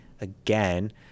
again